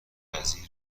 وزیر